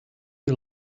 you